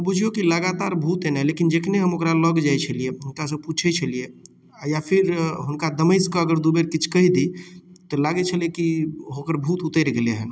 आब बुझिऔ कि लगातार भूत एनाइ लेकिन जखने हम ओकरालग जाइ छलिए हुनकासँ पुछै छलिए या फेर हुनका दमसिके अगर दुइ बेर किछु कहि दी तऽ लागै छलै कि ओकर भूत उतरि गेलै हँ